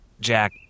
Jack